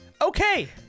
Okay